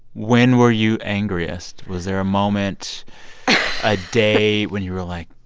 when were you angriest? was there a moment, a day when you were like,